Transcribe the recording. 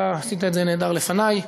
אתה עשית את זה נהדר לפני.